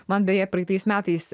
man beje praeitais metais